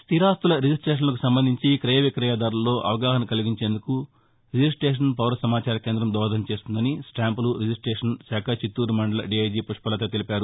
స్థిరాస్తుల రిజిస్ట్లేషన్లకు సంబంధించి క్రయవిక్రయదారుల్లో అవగాహన కల్గించేందుకు రిజిస్టేషన్ పౌర సమాచార కేందం దోహదం చేస్తుందని స్టాంపులు రిజిస్టేషన్ శాఖ చిత్తూరు మండల డీఐజీ పుష్పలత తెలిపారు